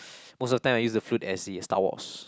most of the time I use the flute as the Star Wars